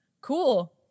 Cool